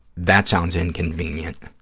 that sounds inconvenient.